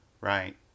Right